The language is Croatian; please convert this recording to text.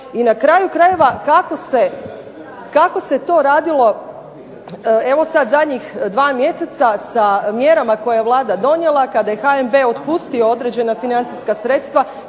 I na kraju krajeva kako se to radilo evo sad zadnjih 2 mjeseca sa mjerama koje je Vlada donijela kada je HNB otpustio određena financijska sredstva